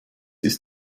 ist